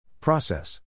Process